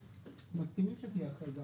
מסכימים שתהיה החרגה